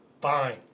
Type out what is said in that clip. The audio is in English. Fine